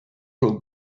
would